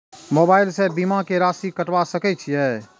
Mobile से बीमा के राशि कटवा सके छिऐ?